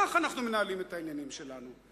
כך אנחנו מנהלים את העניינים שלנו.